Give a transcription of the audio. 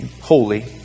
holy